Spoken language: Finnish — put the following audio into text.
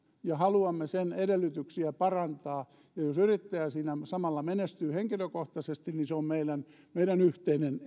ja haluamme sen edellytyksiä parantaa ja jos yrittäjä siinä samalla menestyy henkilökohtaisesti niin se on meidän meidän yhteinen